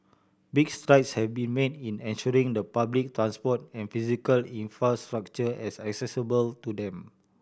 big strides have been made in ensuring the public transport and physical infrastructure as accessible to them